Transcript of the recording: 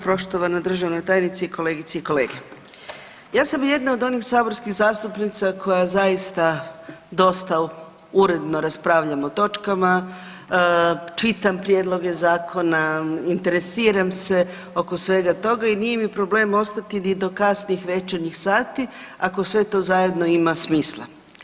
Poštovana državna tajnice i kolegice i kolege, ja sam jedna od onih saborskih zastupnica koja zaista dosta uredno raspravljam o točkama, čitam prijedloge zakona, interesiram se oko svega toga i nije mi problem ostati ni do kasnih večernjih sati ako sve to zajedno ima smisla.